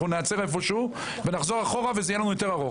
ניעצר איפה שהוא ונחזור אחורה וזה יהיה לנו יותר ארוך.